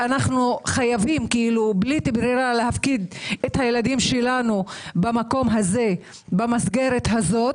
אנחנו חייבים בלית ברירה להפקיד את הילדים שלנו במסגרת הזאת,